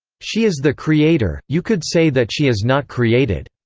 she is the creator you could say that she is not created.